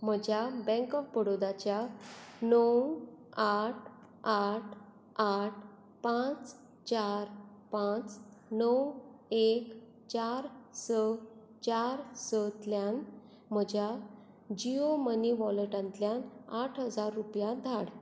म्हज्या bank of बडाैदाच्या णव आठ आठ आठ पांच चार पांच णव एक चार पांच णव एक चार स चार सतल्यांन म्हज्या जियो मनी वॉलेटांतल्या अंयशीं हजार रुपया धाड